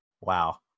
Wow